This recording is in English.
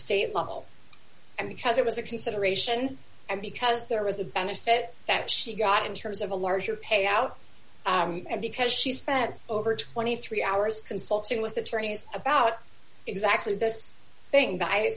state level and because it was a consideration and because there was a benefit that she got in terms of a larger payout and because she spent over twenty three hours consulting with attorneys about exactly this thing